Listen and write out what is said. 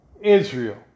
Israel